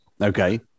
Okay